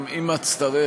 אם אצטרך,